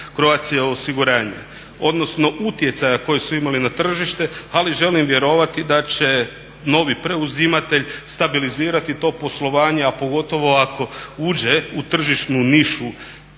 Croatia osiguranje, odnosno utjecaja koji su imali na tržište ali želim vjerovati da će novi preuzimatelj stabilizirati to poslovanje, a pogotovo ako uđe u tržišnu nišu